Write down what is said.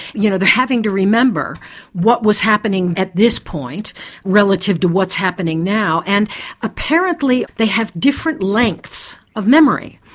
you know they are having to remember what was happening at this point relative to what's happening now, and apparently they have different lengths of memory.